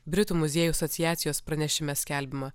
britų muziejų asociacijos pranešime skelbiama